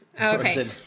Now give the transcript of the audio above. Okay